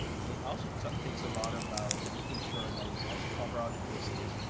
and it also t takes a lot about making sure that you also cover all the bases,